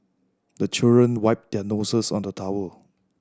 the children wipe their noses on the towel